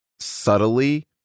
subtly